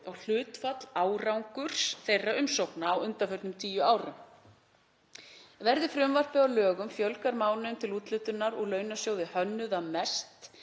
og hlutfall árangurs þeirra umsókna á undanförnum tíu árum. Verði frumvarpið að lögum fjölgar mánuðum til úthlutunar úr launasjóði hönnuða mest